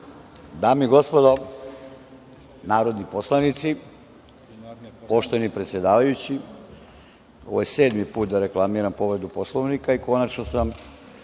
Dame i gospodo narodni poslanici, poštovani predsedavajući, ovo je sedmi put da reklamiram povredu Poslovnika i konačno sam